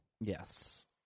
Yes